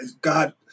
God